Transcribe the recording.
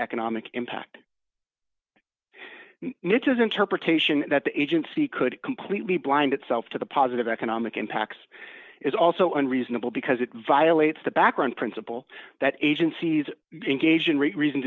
economic impact niches interpretation that the agency could completely blind itself to the positive economic impacts is also unreasonable because it violates the background principle that agencies engage in r